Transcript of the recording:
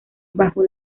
bajo